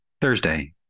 Thursday